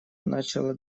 начала